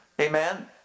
Amen